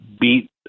beat